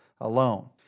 alone